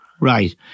right